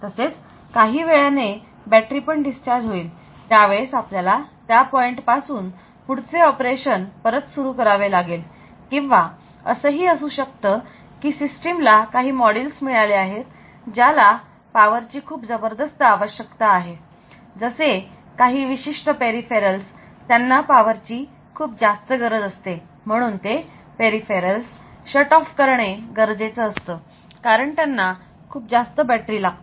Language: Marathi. तसेच काही वेळाने बॅटरी पण डिस्चार्ज होईल त्यावेळेस आपल्याला त्या पॉईंट पासून पुढचे ऑपरेशन परत सुरु करावे लागेल किंवा असंही असू शकतं की सिस्टीम ला काही मॉड्युल्स मिळाले आहेत ज्याला पावरची खूप जबरदस्त आवश्यकता आहे जसे काही विशिष्ट पेरिफेरलस त्यांना पावरची खूप जास्त गरज असते म्हणून ते पेरिफेरलस बंद करणे गरजेचं असतं कारण त्यांना खूप जास्त बॅटरी लागते